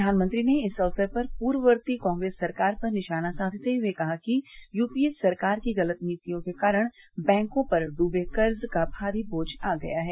प्रधानमंत्री ने इस अवसर पर पूर्ववर्ती कांग्रेस सरकार पर निशाना साधते हुए कहा कि यूपीए सरकार की गलत नीतियों के कारण बैंको पर डूबे कर्ज का भारी बोझ आ गया है